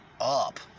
up